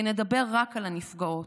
ונדבר רק על הנפגעות,